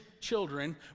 children